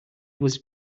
was